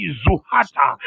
zuhata